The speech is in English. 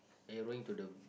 arrowing to the